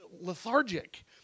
lethargic